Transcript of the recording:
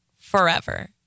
forever